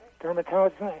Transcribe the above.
Dermatologist